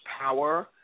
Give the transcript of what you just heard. power